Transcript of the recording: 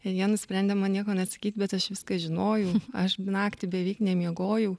ir jie nusprendė man nieko nesakyt bet aš viską žinojau aš naktį beveik nemiegojau